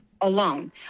alone